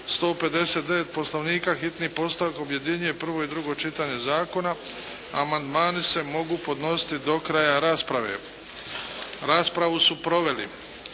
159. Poslovnika hitni postupak objedinjuje prvo i drugo čitanje zakona. Amandmani se mogu podnositi do kraja rasprave. Raspravu su proveli: